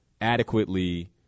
adequately